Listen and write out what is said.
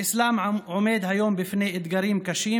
האסלאם עומד היום בפני אתגרים קשים,